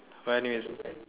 right anyway